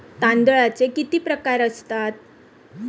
तांदळाचे किती प्रकार असतात?